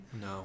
No